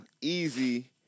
easy